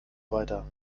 weiter